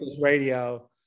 radio